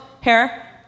hair